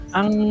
ang